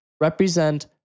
represent